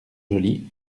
joly